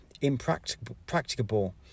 impracticable